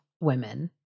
women